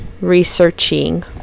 researching